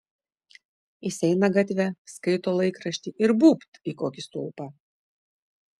jis eina gatve skaito laikraštį ir būbt į kokį stulpą